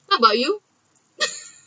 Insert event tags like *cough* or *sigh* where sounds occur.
how about you *laughs*